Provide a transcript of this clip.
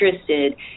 interested